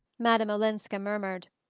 madame olenska murmured.